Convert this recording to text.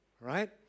right